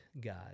God